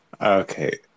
Okay